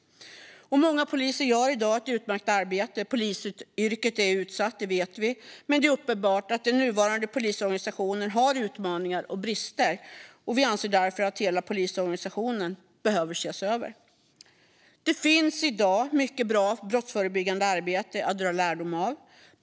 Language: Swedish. Många poliser gör i dag ett utmärkt arbete. Vi vet också att polisyrket är utsatt. Det är dock uppenbart att den nuvarande polisorganisationen har utmaningar och brister. Vi anser därför att hela polisorganisationen behöver ses över. Det finns redan i dag mycket bra brottsförebyggande arbete att dra lärdom av.